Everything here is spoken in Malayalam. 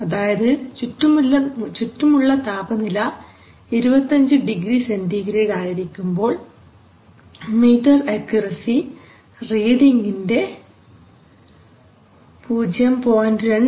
അതായത് ചുറ്റുമുള്ള താപനില 25 ഡിഗ്രി സെൻറിഗ്രേഡ് ആയിരിക്കുമ്പോൾ മീറ്റർ അക്യുറസി റീഡിങിന്റെ 0